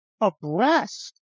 abreast